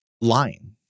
lying